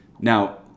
Now